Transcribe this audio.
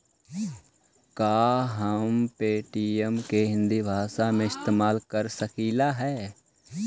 का हम पे.टी.एम के हिन्दी भाषा में इस्तेमाल कर सकलियई हे?